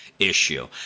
issue